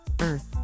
earth